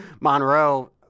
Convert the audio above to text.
Monroe